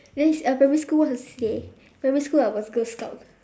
then you at primary school what's your C_C_A primary school I was girl scout